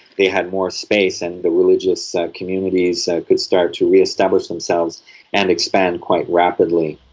they had more space and the religious communities so could start to re-establish themselves and expand quite rapidly.